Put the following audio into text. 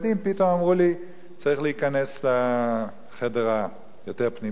פתאום אמרו לי: צריך להיכנס לחדר היותר פנימי,